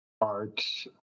art